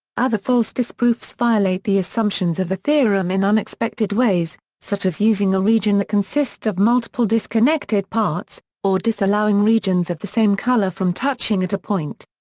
other false disproofs violate the assumptions of the theorem in unexpected ways, such as using a region that consists of multiple disconnected parts, or disallowing regions of the same color from touching at a point.